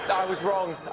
i was wrong,